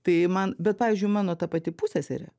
tai man bet pavyzdžiui mano ta pati puseserė